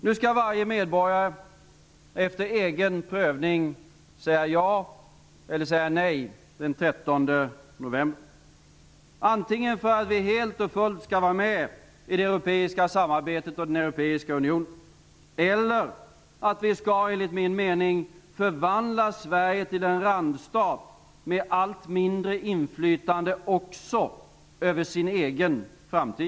Nu skall varje medborgare efter egen prövning säga ja eller nej den 13 november. Antingen skall vi helt och fullt vara med i det europeiska samarbetet och den europeiska unionen eller förvandla Sverige till en enligt min mening randstat med allt mindre inflytande också över sin egen framtid.